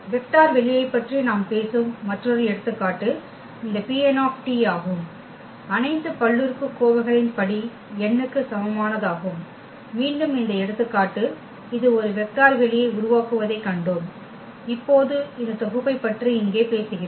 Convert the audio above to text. vector வெளியை பற்றி நாம் பேசும் மற்றொரு எடுத்துக்காட்டு இந்த Pn ஆகும் அனைத்து பல்லுறுப்புக்கோவைகளின் படி n க்கு சமமானதாகும் மீண்டும் இந்த எடுத்துக்காட்டு இது ஒரு வெக்டர் வெளியை உருவாக்குவதைக் கண்டோம் இப்போது இந்த தொகுப்பைப் பற்றி இங்கே பேசுகிறோம்